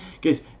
Guys